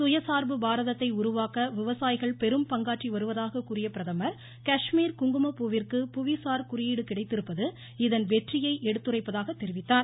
சுயசார்பு பாரதத்தை உருவாக்க விவசாயிகள் பெரும் பங்காற்றி வருவதாக கூறிய பிரதமா் காஷ்மீர் குங்குமப் பூவிற்கு புவிசார் குறியீடு கிடைத்திருப்பது இதன் வெற்றியை எடுத்துரைப்பதாக தெரிவித்தார்